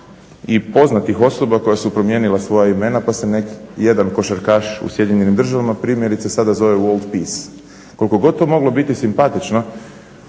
i poznatih osoba koje su promijenile svoja imena pa se jedan košarkaš u SAD-u primjerice sada zove World Peace. Koliko god to moglo biti simpatično